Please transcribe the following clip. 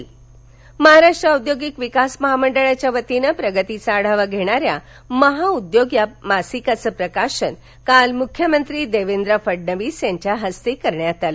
महाउद्योग महाराष्ट्र औद्योगिक विकास महामंडळाच्या वतीनं प्रगतीचा आढावा घेणाऱ्या महाउद्योग या मासिकाचं प्रकाशन काल मुख्यमंत्री देवेंद्र फडणवीस यांच्या हस्ते करण्यात आलं